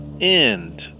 end